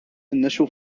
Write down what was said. initial